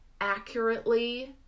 accurately